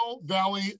Valley